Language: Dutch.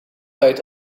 tijd